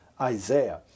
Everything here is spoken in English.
Isaiah